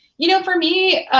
you know, for me,